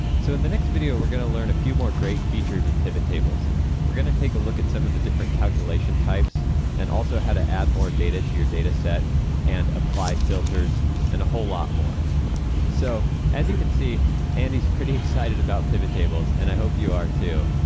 so in the next video we're going to learn a few more great features of pivot tables we're going to take a look at some of the different calculation types and also how to more data to your data set and apply filters and a whole lot more so as you can see andy's pretty excited about pivot tables and i hope you are too,